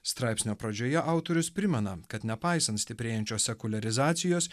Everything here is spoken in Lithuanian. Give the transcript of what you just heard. straipsnio pradžioje autorius primena kad nepaisant stiprėjančios sekuliarizacijos